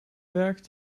werkt